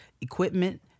equipment